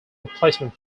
replacement